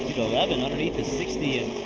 eleven underneath the sixty. and